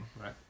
Right